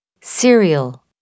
Cereal